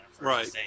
right